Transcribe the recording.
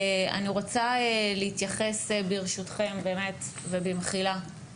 אני רוצה להתייחס ברשותכם ובמחילה.